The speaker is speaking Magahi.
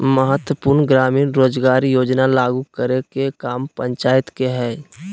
सम्पूर्ण ग्रामीण रोजगार योजना लागू करे के काम पंचायत के हय